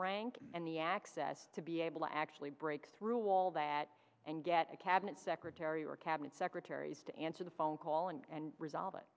rank and the access to be able to actually break through all that and get a cabinet secretary or cabinet secretaries to answer the phone call and resolve